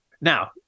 Now